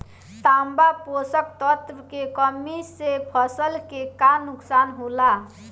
तांबा पोषक तत्व के कमी से फसल के का नुकसान होला?